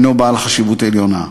הוא בעל חשיבות עליונה.